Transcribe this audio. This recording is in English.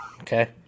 Okay